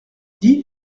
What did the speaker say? dix